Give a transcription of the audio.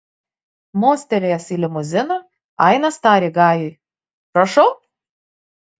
mostelėjęs į limuziną ainas tarė gajui prašau